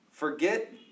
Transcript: Forget